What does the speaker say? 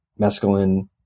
mescaline